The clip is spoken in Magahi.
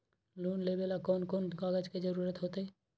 लोन लेवेला कौन कौन कागज के जरूरत होतई?